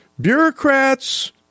Bureaucrats